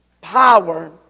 Power